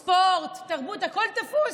ספורט, תרבות, הכול תפוס.